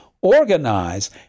organize